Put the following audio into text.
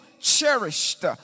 cherished